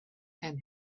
and